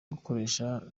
gukoresha